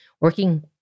working